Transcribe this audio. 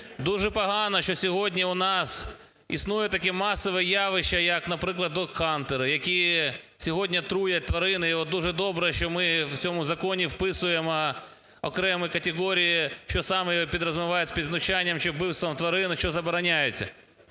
Дуже погано, що сьогодні у нас існує таке масове явище як, наприклад, догхантери, які сьогодні труять тварин. І дуже добре, що ми в цьому законі вписуємо окремі категорії, що саме підрозумівається під знущанням чи вбивством тварин, що забороняється.